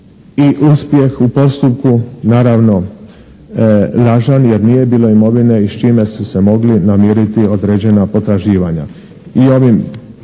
i uspjeh je u postupku naravno lažan jer nije bilo i s čime su s čime su se mogli namiriti određena potraživanja.